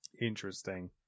Interesting